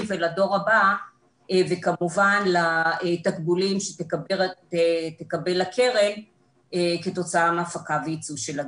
ולדור הבא וכמובן לתקבולים שתקבל הקרן כתוצאה מהפקה ויצוא של הגז.